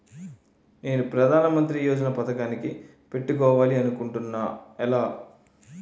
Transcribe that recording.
నేను ప్రధానమంత్రి యోజన పథకానికి పెట్టుకోవాలి అనుకుంటున్నా ఎలా?